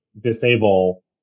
disable